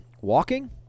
Walking